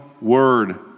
word